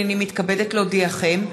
הנני מתכבדת להודיעכם,